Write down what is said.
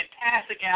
fantastic